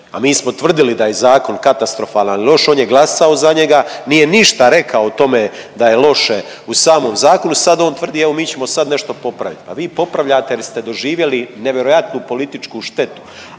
a mi smo tvrdili da je zakon katastrofalan i loš, on je glasao za njega, nije ništa rekao o tome da je loše u samom zakonu. Sad on tvrdi evo mi ćemo sad nešto popravit, pa vi popravljate jer ste doživjeli nevjerojatnu političku štetu,